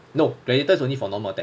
no gladiator is only for normal attack